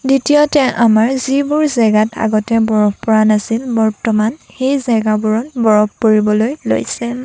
দ্বিতীয়তে আমাৰ যিবোৰ জেগাত আগতে বৰফ পৰা নাছিল বৰ্তমান সেই জেগাবোৰত বৰফ পৰিবলৈ লৈছে